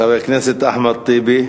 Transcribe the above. חבר הכנסת אחמד טיבי,